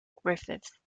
griffith